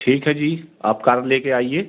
ठीक है जी आप कार ले कर आइए